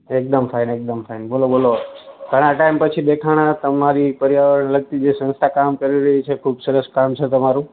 એકદમ ફાઈન એકદમ ફાઈન બોલો બોલો ઘણા ટાઈમ પછી દેખાણા તમારી પર્યાવરણને લગતી જે સંસ્થા કામ કરી રહી છે ખૂબ સરસ કામ છે તમારું